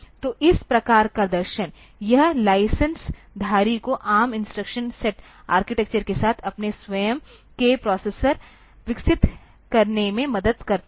तो इस प्रकार का दर्शन यह लाइसेंसधारी को ARM इंस्ट्रक्शन सेट आर्किटेक्चर के साथ अपने स्वयं के प्रोसेसर विकसित करने में मदद करता है